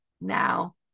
now